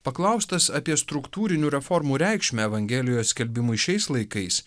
paklaustas apie struktūrinių reformų reikšmę evangelijos skelbimui šiais laikais